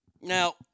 Now